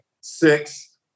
six